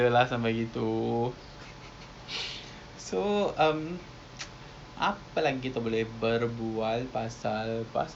ah block block tu I dengar dulu dulu banyak banyak dayak eh block tu ada dadah semua I heard a lot of stories you know about the block